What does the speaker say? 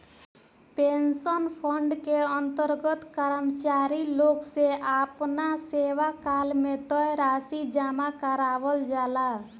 pension fund के अंतर्गत कर्मचारी लोग से आपना सेवाकाल में तय राशि जामा करावल जाला